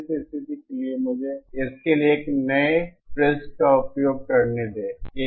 इस स्थिति के लिए मुझे इसके लिए एक नए पृष्ठ का उपयोग करने दे